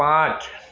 પાંચ